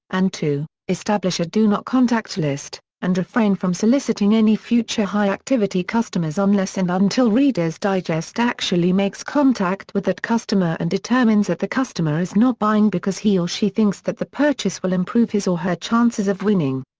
and to establish a do not contact list and refrain from soliciting any future high-activity customers unless and until reader's digest actually makes contact with that customer and determines that the customer is not buying because he or she thinks that the purchase will improve his or her chances of winning.